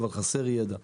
אבל חסר ידע.